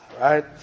right